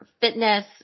fitness